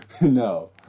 No